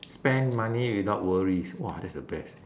spend money without worries !wah! that's the best